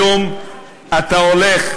היום אתה הולך,